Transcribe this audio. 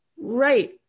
right